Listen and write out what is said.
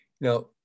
Now